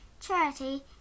charity